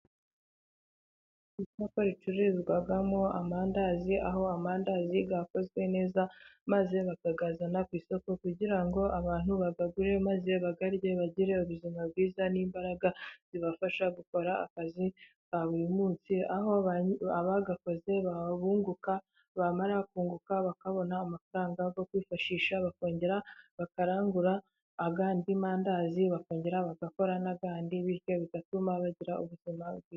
Isosko ricuruzwamo amandazi, aho amandazi yakozwe neza maze bakayazana ku isoko kugira ngo abantu bayagure maze bayarye bagire ubuzima bwiza, n'imbaraga zibafasha gukora akazi ka buri munsi, aho aba bayakoze babunguka, bamara ba kunguka bakabona amafaranga yo kwifashisha bakongera bakarangura ayadi mandazi bakongera bagakora n'ayandi bityo bigatuma bagira ubuzima bwiza.